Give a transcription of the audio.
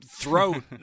throat